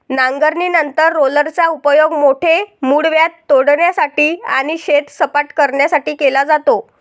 नांगरणीनंतर रोलरचा उपयोग मोठे मूळव्याध तोडण्यासाठी आणि शेत सपाट करण्यासाठी केला जातो